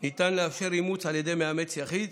ניתן לאפשר אימוץ על ידי מאמץ יחיד,